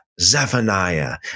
Zephaniah